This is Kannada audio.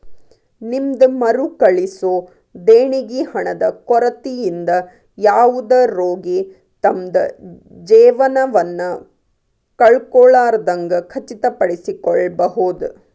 ನಿಮ್ದ್ ಮರುಕಳಿಸೊ ದೇಣಿಗಿ ಹಣದ ಕೊರತಿಯಿಂದ ಯಾವುದ ರೋಗಿ ತಮ್ದ್ ಜೇವನವನ್ನ ಕಳ್ಕೊಲಾರ್ದಂಗ್ ಖಚಿತಪಡಿಸಿಕೊಳ್ಬಹುದ್